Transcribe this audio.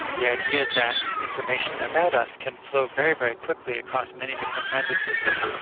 the idea that information about us can flow very, very quickly across many different kinds of systems,